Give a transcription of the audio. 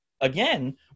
again